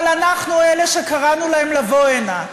אבל אנחנו אלה שקראנו להם לבוא הנה,